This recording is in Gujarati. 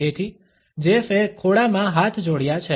તેથી જેફએ ખોળામાં હાથ જોડ્યા છે